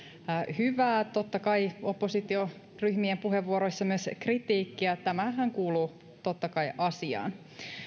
hyvää ja totta kai oppositioryhmien puheenvuoroissa myös kritiikkiä tämähän kuuluu totta kai asiaan